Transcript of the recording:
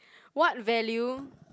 what value